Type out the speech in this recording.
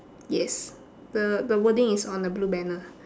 yes the the wording is on the blue banner